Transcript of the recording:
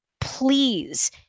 please